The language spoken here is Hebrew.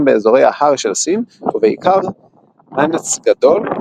באזורי ההר של סין ובעיקר מנץ גדול,